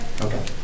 Okay